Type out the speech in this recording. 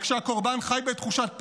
וכשהקורבן חי בתחושת פחד,